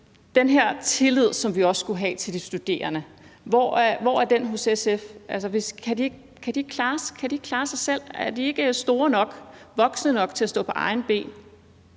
Den her tillid, som vi også skulle have til de studerende, hvor er den hos SF? Kan de ikke klare sig selv? Er de ikke voksne nok til at stå på egne ben?